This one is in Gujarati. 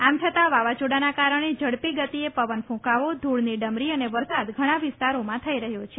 આમ છતાં વાવાઝોડાના કારણે ઝડપી ગતીએ પવન ફંકાવો ધૂળની ડમરી અને વરસાદ ઘણા વિસ્તારોમાં થઈ રહ્યો છે